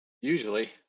Usually